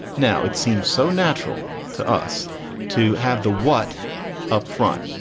now, it seems so natural to us to have the what upfront.